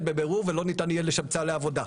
בבירור ולא ניתן יהיה לשבצה לעבודה.